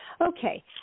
okay